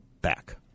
back